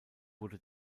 wurde